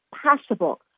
possible